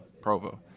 Provo